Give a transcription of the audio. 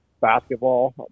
basketball